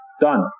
Done